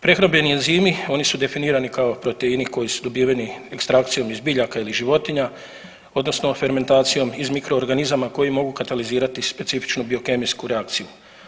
Prehrambeni enzimi oni su definirani kao proteini koji su dobiveni ekstrakcijom iz biljaka ili životinja odnosno fermentacijom iz mikroorganizama koji mogu katalizirati specifičnu biokemijsku reakciju.